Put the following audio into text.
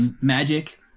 magic